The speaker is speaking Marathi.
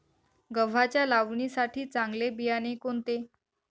गव्हाच्या लावणीसाठी चांगले बियाणे कोणते?